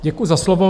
Děkuji za slovo.